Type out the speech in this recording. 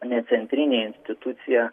ne centrinė institucija